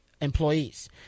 employees